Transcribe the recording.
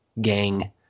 gang